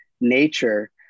nature